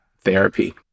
therapy